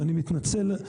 ואני מתנצל.